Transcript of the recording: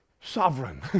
sovereign